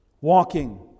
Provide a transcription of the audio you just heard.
Walking